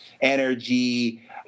energy